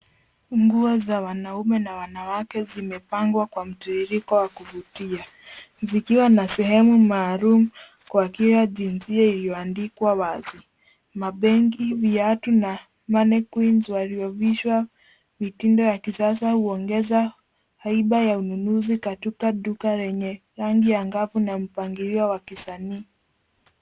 Nguo za wanaume na wanawake zimepangwa kwa mtiririko wa kuvutia zikiwa na sehemu maalum kwa kila jinsia iliyoandikwa wazi. Mabegi, viatu na mannequins waliovishwa mitindo ya kisasa huongeza haiba ya ununuzi katika duka lenye rangi angavu na mpangilio wa kisanii.